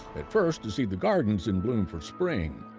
at first to see the gardens in bloom for spring,